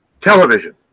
television